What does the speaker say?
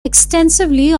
extensively